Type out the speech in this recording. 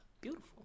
beautiful